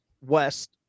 West